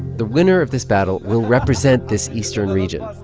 the winner of this battle will represent this eastern region,